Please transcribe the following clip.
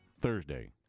Thursday